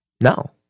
no